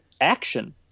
action